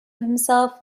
himself